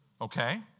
Okay